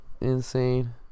insane